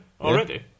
Already